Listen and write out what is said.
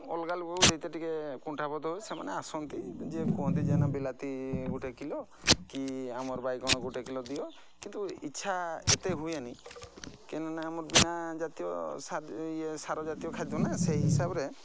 ଅଲଗା ଲୋକକୁ ଦେଇତେ ଟିକିଏ କୁଣ୍ଠାବୋଧ ହୁଏ ସେମାନେ ଆସନ୍ତି ଯିଏ କୁହନ୍ତି ଯେ ନା ବିଲାତି ଗୋଟେ କିଲୋ କି ଆମର ବାଇଗଣ ଗୋଟେ କିଲୋ ଦିଅ କିନ୍ତୁ ଇଚ୍ଛା ଏତେ ହୁଏନି କାହିଁକିନା ଆମର ବିନା ଜାତୀୟ ଇଏ ସାର ଜାତୀୟ ଖାଦ୍ୟ ନା ସେହି ହିସାବରେ